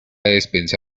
despensa